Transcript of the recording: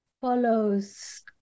follows